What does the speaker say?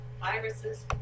Viruses